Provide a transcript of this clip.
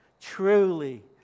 Truly